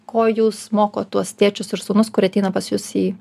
ko jūs mokot tuos tėčius ir sūnus kurie ateina pas jus į